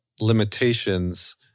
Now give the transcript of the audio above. limitations